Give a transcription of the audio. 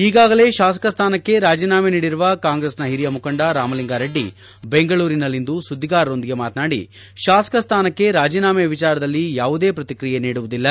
ಈಗಾಗಲೇ ಶಾಸಕ ಸ್ಥಾನಕ್ಕೆ ರಾಜೀನಾಮೆ ನೀಡಿರುವ ಕಾಂಗ್ರೆಸ್ನ ಹಿರಿಯ ಮುಖಂಡ ರಾಮಲಿಂಗಾರೆಡ್ಡಿ ಬೆಂಗಳೂರಿನಲ್ಲಿಂದು ಸುದ್ದಿಗಾರರೊಂದಿಗೆ ಮಾತನಾಡಿ ಶಾಸಕ ಸ್ಟಾನಕ್ಕೆ ರಾಜೀನಾಮೆ ವಿಚಾರದಲ್ಲಿ ಯಾವುದೇ ಪ್ರಕ್ರಿಯೆ ನೀಡುವುದಿಲ್ಲ